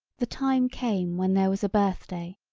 the time came when there was a birthday.